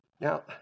Now